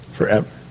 forever